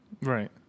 Right